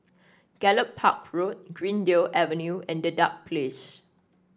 Gallop Park Road Greendale Avenue and Dedap Place